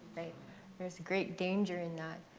there is a great danger in that.